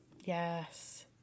Yes